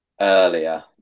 earlier